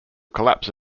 collapse